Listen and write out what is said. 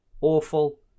awful